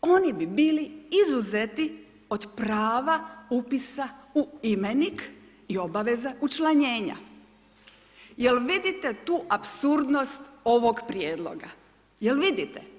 oni bi bili izuzeti od prava upisa u imenik i obaveza učlanjenja, jel vidite tu apsurdnost ovog prijedloga, jel vidite?